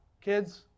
Kids